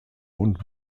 und